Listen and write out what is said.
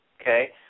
okay